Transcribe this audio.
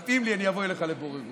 מתאים לי, אני אבוא אליך לבוררות.